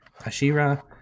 Ashira